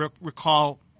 recall